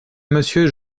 monsieur